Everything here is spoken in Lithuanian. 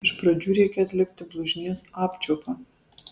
iš pradžių reikia atlikti blužnies apčiuopą